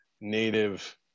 native